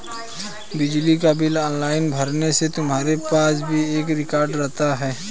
बिजली का bill online भरने से तुम्हारे पास भी एक रिकॉर्ड रहता है